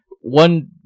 One